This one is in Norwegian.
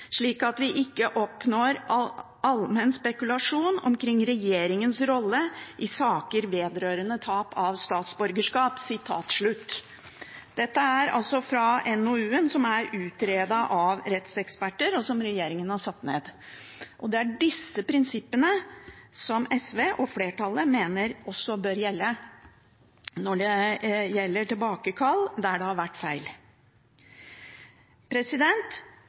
slik at det ikke oppstår allmenn spekulasjon omkring regjeringens rolle i saker vedrørende tap av statsborgerskap.» Dette er altså fra NOU-en som er utredet av rettseksperter, et utvalg som regjeringen har satt ned. Det er disse prinsippene som SV og flertallet mener også må gjelde for tilbakekall der det har vært feil.